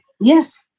Yes